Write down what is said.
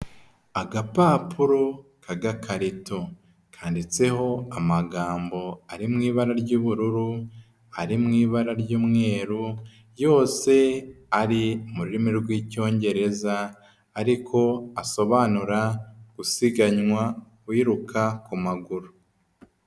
Agapapuro k'agakarito kandiditseho amagambo ari mu ibara ry'ubururu, ari mu ibara ry'umweru yose ari mu rurimi rw'Icyongereza ariko asobanura gusiganwa wiruka ku maguru.